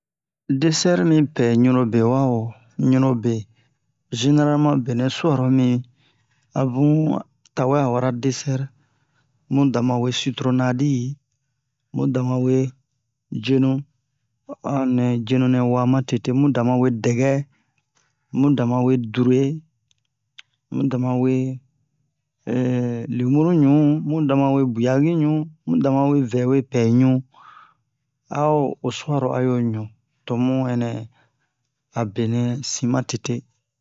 Desɛr mipɛ ɲunrebe wa wo ɲunrebe zeneraleman benɛ su'aro mi abun tawɛ a wara desɛr mu damawe sitronadi mu damawe jenu anɛ jenu nɛ wa matete mu damawe dɛgɛ mu damawe dure mu damawe leɓuru ɲu mu damawe buyagi ɲu mu damawe vɛnɛ pɛɛ ɲu a o o su'aro ayo ɲu tomu hɛnɛ a benɛ sin matete